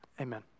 Amen